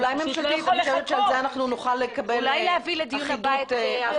אולי לדיון הבא צריך להביא את מור